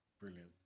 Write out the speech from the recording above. Brilliant